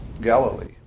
Galilee